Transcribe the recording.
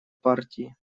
партии